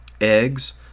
eggs